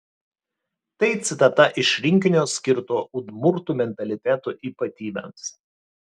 tai citata iš rinkinio skirto udmurtų mentaliteto ypatybėms